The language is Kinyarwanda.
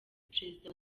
prezida